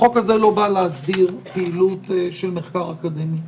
החוק הזה לא בא להסדיר פעילות של מחקר אקדמי,